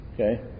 Okay